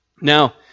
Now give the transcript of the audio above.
Now